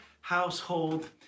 household